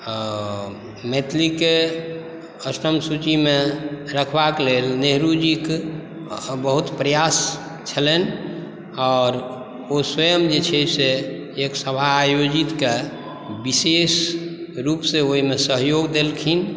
मैथिलीक अष्टम सूचीमे रखबाक लेल नेहरूजीक बहुत प्रयास छलनि आओर ओ स्वयं जे छै से एक सभा आयोजितके विशेष रूपसे ओहिमे सहयोग देलखिन